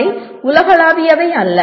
அவை உலகளாவியவை அல்ல